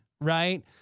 right